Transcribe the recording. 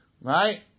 Right